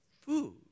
food